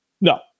No